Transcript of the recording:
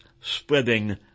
spreading